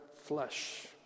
flesh